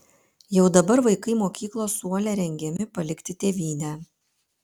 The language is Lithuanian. jau dabar vaikai mokyklos suole rengiami palikti tėvynę